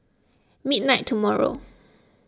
midnight tomorrow